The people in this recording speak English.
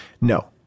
No